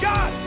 God